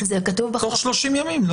תוך 30 ימים.